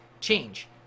change